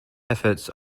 efforts